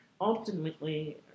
Ultimately